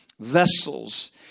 Vessels